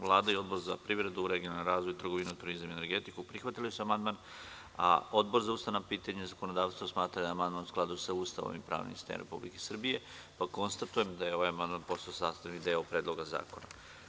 Vlada i Odbor za privredu, regionalni razvoj, trgovinu, turizam i energetiku prihvatili su amandman, a Odbor za ustavna pitanja i zakonodavstvo smatra da je amandman u skladu sa Ustavom i pravnim sistemom Republike Srbije, pa konstatujem da je ovaj amandman postao sastavni deo Predloga zakona.